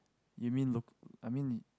you mean look I mean